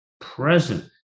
present